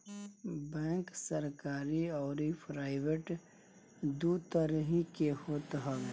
bank सरकरी अउरी private दू तरही के होत हवे